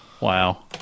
Wow